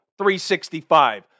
365